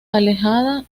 alejada